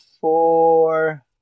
four